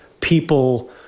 people